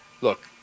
look